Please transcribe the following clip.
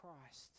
christ